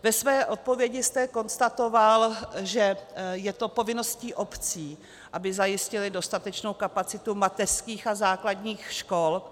Ve své odpovědi jste konstatoval, že je povinností obcí, aby zajistily dostatečnou kapacitu mateřských a základních škol.